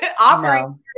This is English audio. offering